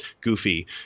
goofy